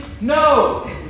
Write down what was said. No